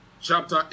chapter